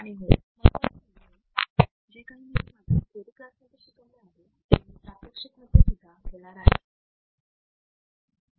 आणि हो महत्त्वाचे म्हणजे जे काही मी तुम्हाला थेयरी क्लासेस मध्ये शिकवले आहे ते मी प्रात्यक्षित मध्ये सुद्धा घेणार आहे